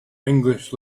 english